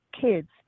kids